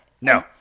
No